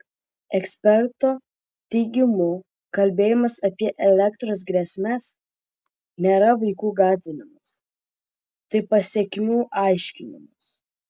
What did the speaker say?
eksperto teigimu kalbėjimas apie elektros grėsmes nėra vaikų gąsdinimas tai pasekmių aiškinimas